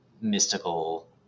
mystical